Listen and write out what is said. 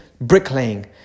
bricklaying